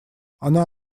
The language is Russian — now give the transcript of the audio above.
она